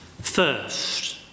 first